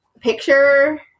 picture